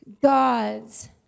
God's